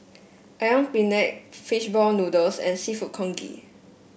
ayam Penyet fish ball noodles and seafood Congee